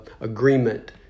agreement